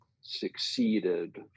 succeeded